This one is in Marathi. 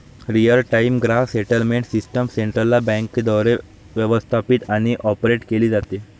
real time gross settlement system central बँकेद्वारे व्यवस्थापित आणि ऑपरेट केली जाते